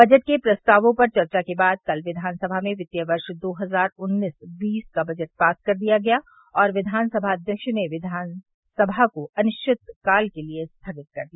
budget के प्रस्तावों पर चर्चा के बाद कल विधानसभा में वित्तीय वर्ष दो हजार उन्नीस बीस का बजट पास कर दिया गया और विधानसभा अध्यक्ष ने विधानसभा को अनिश्चितकाल के लिये स्थगित कर दिया